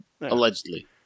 Allegedly